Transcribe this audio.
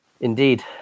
Indeed